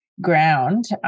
ground